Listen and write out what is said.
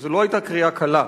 וזו לא היתה קריאה קלה,